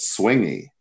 swingy